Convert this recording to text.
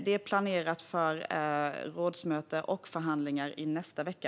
Det är planerat för rådsmöte och förhandlingar i nästa vecka.